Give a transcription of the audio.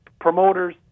promoters